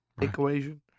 equation